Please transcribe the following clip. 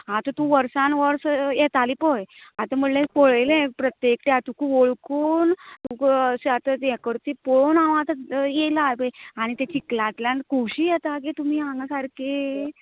आतां तूं वर्सान वर्स येताली पळय आतां म्हळें पळयलें प्रत्येकल्या तुका वळकून अशी हें करता ती पळोवन हांव आतां येला हें पळय आनी ते चिकलातल्यान कशी येता गे तुमी हांगा सारकी